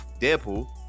Deadpool